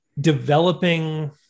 developing